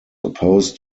opposed